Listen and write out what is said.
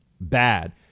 bad